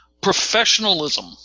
professionalism